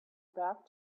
back